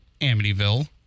Amityville